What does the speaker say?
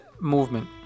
movement